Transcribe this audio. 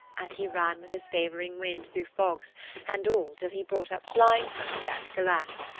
and he ran with his favouring wind through fogs and all till he brought up blindfold at galatz.